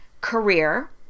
Career